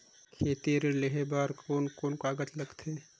खेती ऋण लेहे बार कोन कोन कागज लगथे?